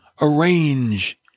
arrange